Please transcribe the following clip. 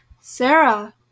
sarah